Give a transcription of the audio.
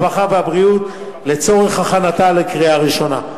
הרווחה והבריאות לצורך הכנתה לקריאה ראשונה.